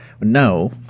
No